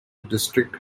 district